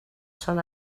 sol